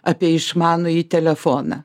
apie išmanųjį telefoną